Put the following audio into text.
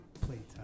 playtime